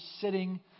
sitting